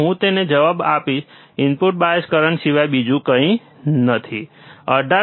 હું તમને જવાબ આપીશ ઇનપુટ બાયસ કરંટ સિવાય બીજું કંઈ નથી 18222